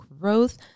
growth